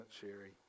Sherry